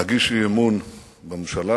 להגיש אי-אמון בממשלה,